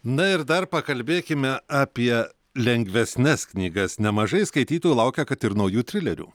na ir dar pakalbėkime apie lengvesnes knygas nemažai skaitytojų laukia kad ir naujų trilerių